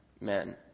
men